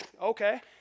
okay